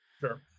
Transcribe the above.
Sure